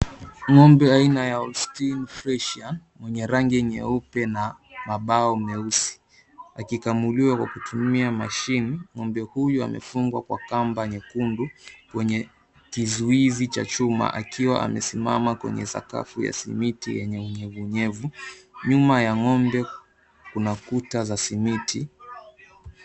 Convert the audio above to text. Ng'ombe aina ya Osteam Fresher mwenye rangi nyeupe na mabao meusi alikuliwa kwa kutumia mashini. Ng'ombe huyu amefungwa kwa kamba nyekundu kwenye kuzuizi cha chuma akiwa amesimama kwenye sakafu ya simiti yenye unyenyekevu. Nyuma ya ng'ombe kuna kuta za simiti.